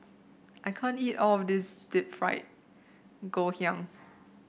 I can't eat all of this Deep Fried Ngoh Hiang